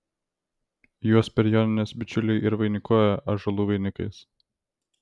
juos per jonines bičiuliai ir vainikuoja ąžuolų vainikais